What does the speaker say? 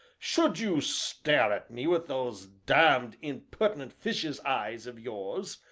should you stare at me with those damned, impertinent fishes' eyes of yours,